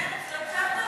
רגע, למרצ לא הקשבת?